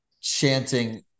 chanting